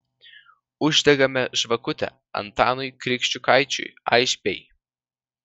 uždegame žvakutę antanui kriščiukaičiui aišbei